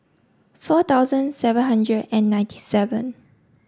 four thousand seven hundred and ninety seven